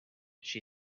she